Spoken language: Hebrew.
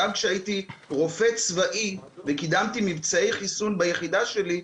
גם כשהייתי רופא צבאי וקידמתי מבצעי חיסון ביחידה שלי,